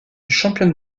championne